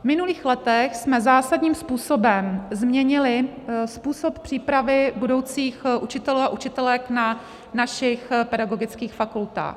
V minulých letech jsme zásadním způsobem změnili způsob přípravy budoucích učitelů a učitelek na našich pedagogických fakultách.